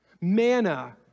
manna